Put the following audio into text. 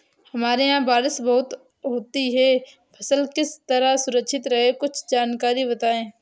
हमारे यहाँ बारिश बहुत होती है फसल किस तरह सुरक्षित रहे कुछ जानकारी बताएं?